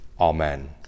amen